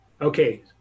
Okay